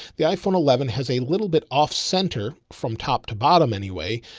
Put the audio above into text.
the iphone eleven has a little bit off-center from top to bottom. anyway,